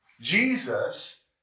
Jesus